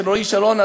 של רועי שרון,